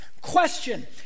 question